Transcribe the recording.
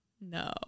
No